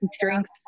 drinks